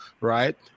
right